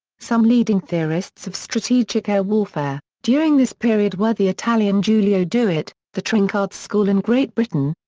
some leading theorists of strategic air warfare, during this period were the italian giulio douhet, the trenchard school in great britain,